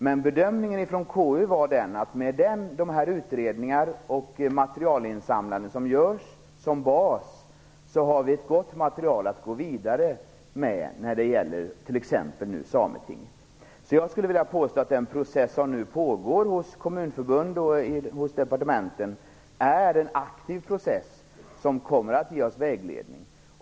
Men KU:s bedömning var att med den utredning som nu görs när det gäller partistödet och med det materialinsamlande som görs som bas har vi ett gott material att gå vidare med när det gäller t.ex. Sametinget. Jag skulle därför vilja påstå att den process som nu pågår i Kommunförbundet och hos departementen är en aktiv process som kommer att ge oss vägledning.